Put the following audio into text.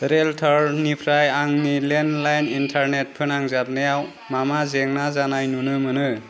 रेलथारनिफ्राय आंनि landline internet फोनांजाबनायाव मा मा जेंना जानाय नुनो मोनो